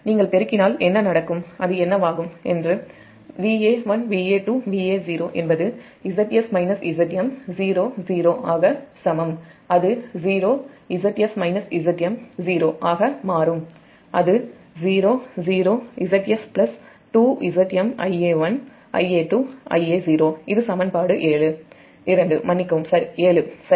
நீங்கள் பெருக்கினால் என்ன நடக்கும் அது என்னவாகும் என்று Va1 Va2 Va0 என்பது Zs Zm 0 0 க்கு சமம் அது 0 Zs Zm 0 ஆக மாறும் அது 0 0 Zs 2 ZmIa1 Ia2 Ia0 இது சமன்பாடு 7